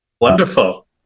Wonderful